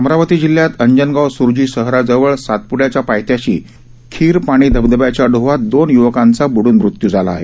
अमरावती जिल्ह्यात अंजनगाव सूर्जी शहराजवळ सातप्ड्याच्या पायथ्याशी खीर पाणी धबधब्याच्या डोहात दोन युवकांचा बुडून मृत्यू झाला आहे